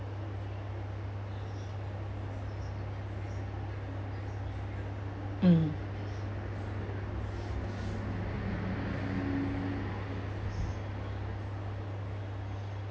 mm